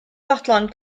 fodlon